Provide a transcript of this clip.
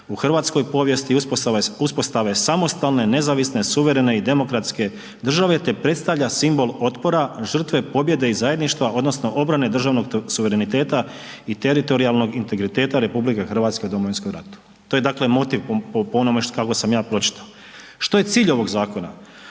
u hrvatskoj povijesti i uspostave samostalne, nezavisne, suverene i demokratske države te predstavlja simbol otpora, žrtve pobjede i zajedništva odnosno obrane državnog suvereniteta i teritorijalnog integriteta RH u Domovinskom ratu“, to je dakle motiv po onome kako sam ja pročitao. Što je cilj ovog zakona?